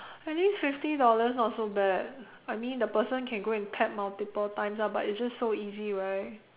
at least fifty dollars not so bad I mean the person can go and tap multiple times ah but it's just so easy right